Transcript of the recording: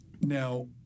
Now